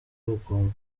ubugumba